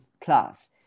class